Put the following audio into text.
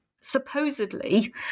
supposedly